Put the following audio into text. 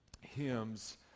hymns